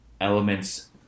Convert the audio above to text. elements